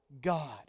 God